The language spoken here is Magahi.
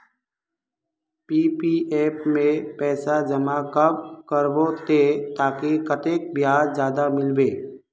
पी.पी.एफ में पैसा जमा कब करबो ते ताकि कतेक ब्याज ज्यादा मिलबे?